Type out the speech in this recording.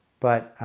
but